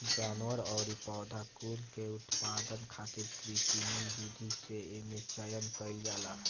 जानवर अउरी पौधा कुल के उत्पादन खातिर कृत्रिम विधि से एमे चयन कईल जाला